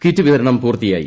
kit വിതരണം പൂർത്തിയായി